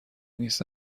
نیست